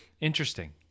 interesting